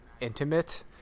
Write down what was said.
intimate